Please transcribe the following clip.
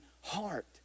heart